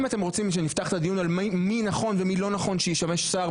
אם אתם רוצים שנפתח את הדיון על מי נכון ומי לא נכון שישמש שר,